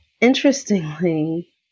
interestingly